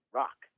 rock